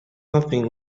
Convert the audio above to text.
nothing